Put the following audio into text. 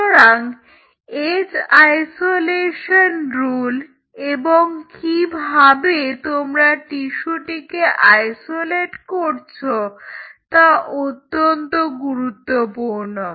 সুতরাং as isolation rule এবং কিভাবে তোমরা টিস্যুটিকে আইসোলেট করছো তা অত্যন্ত গুরুত্বপূর্ণ